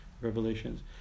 revelations